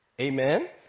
Amen